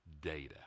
data